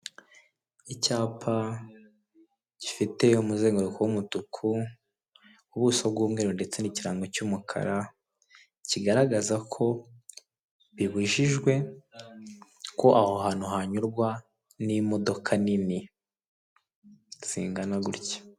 Icyapa gifite umuzenguruko w'umutuku ubuso bw'umweru, ndetse n'ikirango cy'umukara kigaragaza ko bibujijwe, ko aho hantu hanyurwa n'imodoka nini zigana gutya.